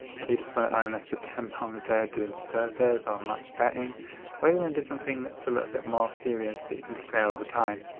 whether you just want to earn an extra ten pounds a day doing surveys or matched betting or you wanna and do something that's a little bit more serious, that you can scale over time.